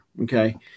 Okay